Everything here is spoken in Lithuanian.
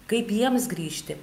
kaip jiems grįžti